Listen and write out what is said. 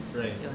right